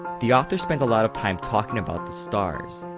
the author spends a lot of time talking about the stars.